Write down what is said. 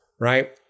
right